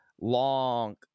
long